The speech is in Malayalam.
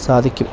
സാധിക്കും